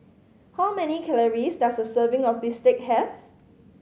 how many calories does a serving of bistake have